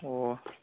ꯑꯣ